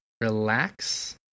relax